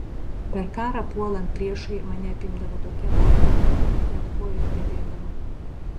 per karą puolant priešui mane apimdavo tokia baimė kad net kojos drebėdavo